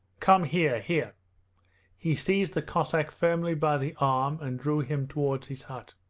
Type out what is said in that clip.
come here, here he seized the cossack firmly by the arm and drew him towards his hut.